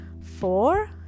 four